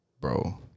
bro